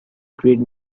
great